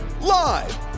Live